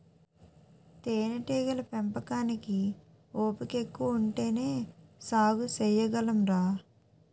తేనేటీగల పెంపకానికి ఓపికెక్కువ ఉంటేనే సాగు సెయ్యగలంరా